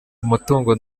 umutungo